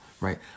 Right